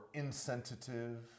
insensitive